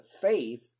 faith